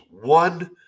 one